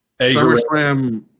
SummerSlam